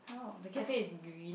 how the cafe is green